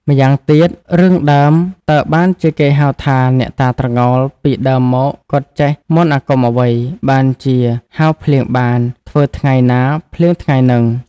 ម៉្យាងទៀត រឿងដើមតើបានជាគេហៅថា "អ្នកតាត្រងោល” ពីដើមមកគាត់ចេះ មន្តអាគមអ្វី បានជាហៅភ្លៀងបាន ធ្វើថ្ងៃ ណាភ្លៀងថ្ងៃហ្នឹង?។